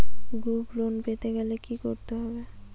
Group loan পেতে গেলে কি করতে হবে?